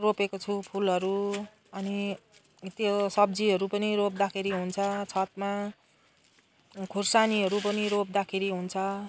रोपेको छु फुलहरू अनि त्यो सब्जीहरू पनि रोप्दाखेरि हुन्छ छतमा खोर्सानीहरू पनि रोप्दाखेरि हुन्छ